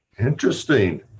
interesting